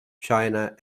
china